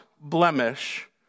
blemish